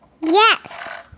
Yes